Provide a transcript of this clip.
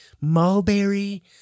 mulberry